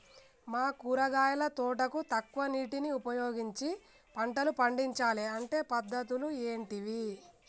మా కూరగాయల తోటకు తక్కువ నీటిని ఉపయోగించి పంటలు పండించాలే అంటే పద్ధతులు ఏంటివి?